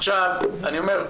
עכשיו אני אומר,